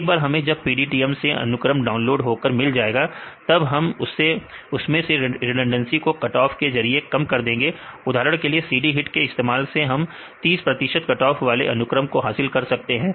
एक बार हमें जॉब PDBTM से अनुक्रम डाउनलोड होकर मिल जाएगा तब हम उसमें से रिडंडेंसी को कट ऑफ के जरिए कम कर देंगे उदाहरण के लिए cd hit के इस्तेमाल से हम 30 कटऑफ वाले अनुक्रम को हासिल कर सकते हैं